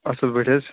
اصل پٲٹھۍ حظ